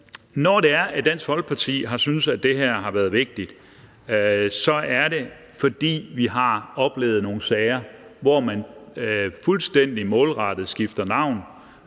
for det. Når Dansk Folkeparti har syntes, at det her har været vigtigt, er det, fordi vi har oplevet nogle sager, hvor man fuldstændig målrettet skifter navn